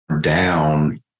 down